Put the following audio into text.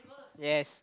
yes